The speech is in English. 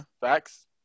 Facts